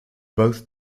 both